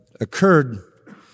occurred